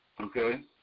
okay